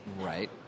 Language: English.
Right